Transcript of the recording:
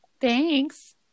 Thanks